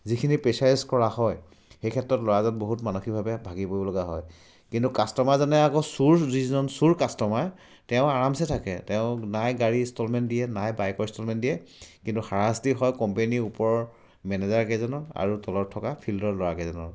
যিখিনি প্ৰেচাৰেজ কৰা হয় সেই ক্ষেত্ৰত ল'ৰাজন বহুত মানসিকভাৱে ভাগি পৰিব লগা হয় কিন্তু কাষ্টমাৰজনে আকৌ চুৰ যিজন চুৰ কাষ্টমাৰ তেওঁ আৰামচে থাকে তেওঁ নাই গাড়ী ইনষ্টলমেণ্ট দিয়ে নাই বাইকৰ ইনষ্টলমেণ্ট দিয়ে কিন্তু হাৰাশাস্তি হয় কোম্পেনীৰ ওপৰৰ মেনেজাৰকেইজনৰ আৰু তলত থকা ফিল্ডৰ ল'ৰাককেইজনৰ